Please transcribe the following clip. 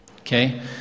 Okay